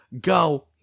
go